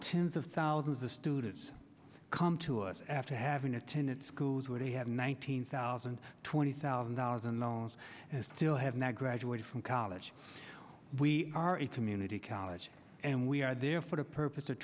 tens of thousands of students come to us after having attended schools where they have nine hundred thousand twenty thousand dollars in loans and still have not graduated from college we are a community college and we are there for a purpose